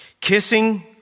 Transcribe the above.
Kissing